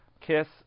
kiss